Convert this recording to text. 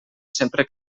sempre